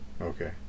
Okay